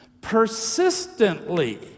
Persistently